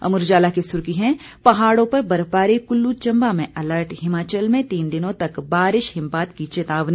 अमर उजाला की सुर्खी है पहाड़ों पर बर्फबारी कुल्लू चम्बा में अलर्ट हिमाचल में तीन दिनों तक बारिश हिमपात की चेतावनी